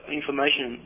information